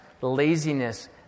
laziness